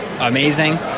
amazing